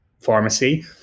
pharmacy